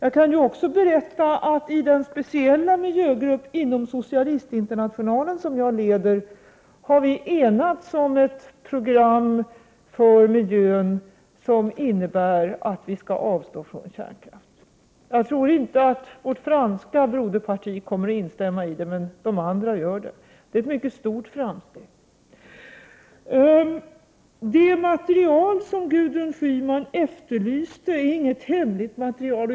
I den speciella miljögrupp, som jag leder inom socialistinternationalen har vi enats om ett program för miljön, vilket innebär att vi skall avstå från kärnkraft. Jag tror inte att vårt franska broderparti kommer att instämma, men de övriga kommer att göra det. Detta är ett mycket stort framsteg. Det material som Gudrun Schyman efterlyste är inte hemligt.